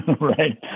Right